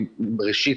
ראשית,